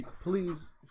Please